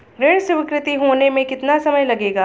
ऋण स्वीकृत होने में कितना समय लगेगा?